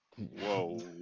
Whoa